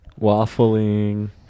waffling